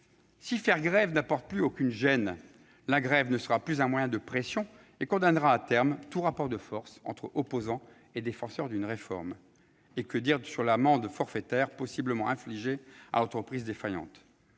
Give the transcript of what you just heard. Si faire grève n'entraîne plus aucune gêne, la grève ne sera plus un moyen de pression et condamnera, au bout du compte, tout rapport de forces entre opposants et défenseurs d'une réforme. Et que dire sur l'amende forfaitaire possiblement infligée à l'entreprise défaillante ?